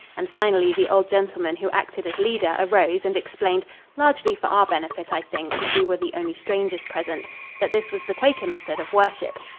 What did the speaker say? and finally the old gentleman who acted as leader arose and explained largely for our benefit, i think, as we were the only strangers present that this was the quaker method of worship.